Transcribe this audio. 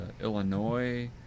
Illinois